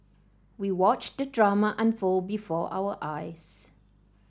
we watched the drama unfold before our eyes